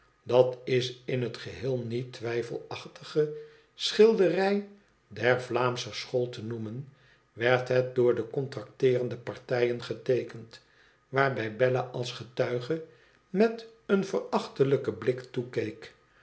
dat is in het geheel niet twijfelachtige schilderij der vlaamsche school te noemen werd het door de contracteerende partijen geteekend waarbij bella als getuige met een verachtelijken blik toekeek